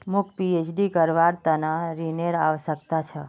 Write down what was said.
मौक पीएचडी करवार त न ऋनेर आवश्यकता छ